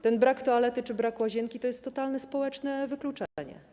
Ten brak toalety czy łazienki to jest totalne społeczne wykluczenie.